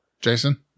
Jason